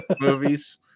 movies